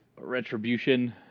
retribution